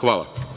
Hvala.